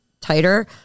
tighter